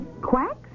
Quacks